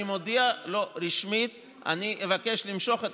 אני מודיע לו רשמית שאני אבקש למשוך את